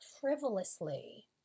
frivolously